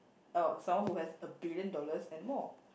oh someone who has a billion dollars and more